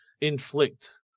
inflict